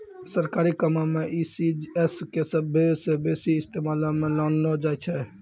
सरकारी कामो मे ई.सी.एस के सभ्भे से बेसी इस्तेमालो मे लानलो जाय छै